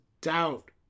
doubt